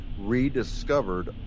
rediscovered